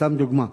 סתם דוגמה.